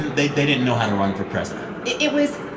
and they they didn't know how to run for president it was.